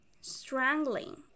strangling